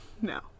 No